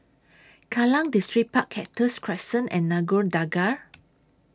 Kallang Distripark Cactus Crescent and Nagore Dargah